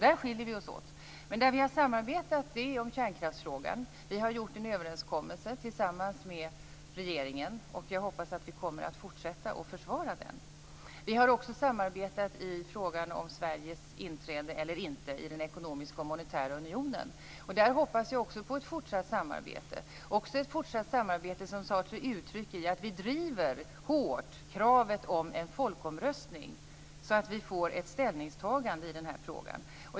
Där skiljer vi oss åt. Vi har däremot samarbetat i kärnkraftsfrågan. Vi har gjort en överenskommelse tillsammans med regeringen, och jag hoppas att vi kommer att fortsätta att försvara den. Vi har också samarbetat i frågan om Sveriges inträde eller inte i den ekonomiska och monetära unionen. Också där hoppas jag på ett fortsatt samarbete, som tar sig uttryck i att vi hårt driver kravet på en folkomröstning, så att vi får ett ställningstagande i frågan.